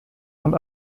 und